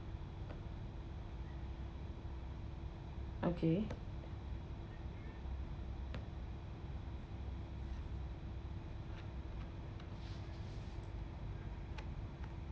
okay